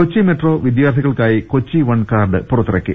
കൊച്ചിമെട്രോ വിദ്യാർഥികൾക്കായി Kochi one card പുറത്തിറ ക്കി